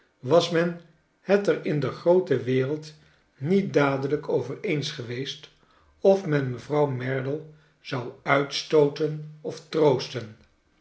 was men het er in de groote wereld niet dadelijk over eens geweest of men mevrouw merdle zou uitstooten of troosten